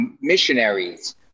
missionaries